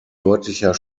deutlicher